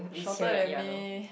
shorter than me